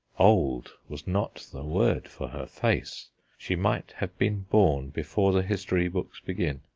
old was not the word for her face she might have been born before the history-books begin.